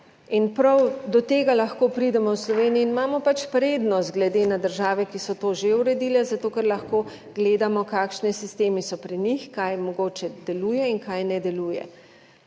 In prav do tega lahko pridemo v Sloveniji in imamo pač prednost glede na države, ki so to že uredile, zato ker lahko gledamo kakšni sistemi so pri njih kaj mogoče deluje in kaj ne deluje